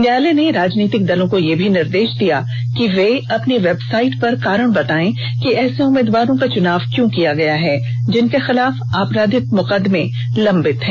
न्यायालय ने राजनीतिक दलों को यह भी निर्देश दिया कि वे अपनी वेबसाइट पर कारण बतायें कि ऐसे उम्मीदवारों का चुनाव क्यों किया गया है जिन के खिलाफ आपराधिक मुकदमे लम्बित हैं